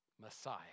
Messiah